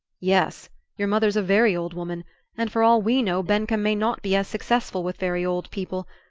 yes your mother's a very old woman and for all we know bencomb may not be as successful with very old people.